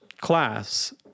class